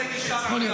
29 מיליארד.